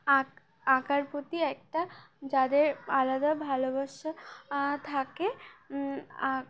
আঁক আঁকার প্রতি একটা যাদের আলাদা ভালোবাসা থাকে আক